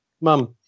mom